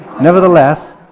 nevertheless